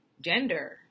gender